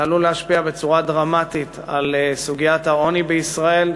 זה עלול להשפיע בצורה דרמטית על סוגיית העוני בישראל.